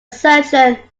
sergeant